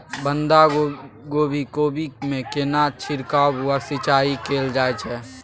बंधागोभी कोबी मे केना छिरकाव व सिंचाई कैल जाय छै?